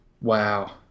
wow